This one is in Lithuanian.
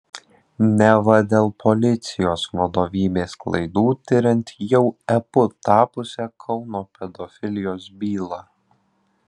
neva dėl policijos vadovybės klaidų tiriant jau epu tapusią kauno pedofilijos bylą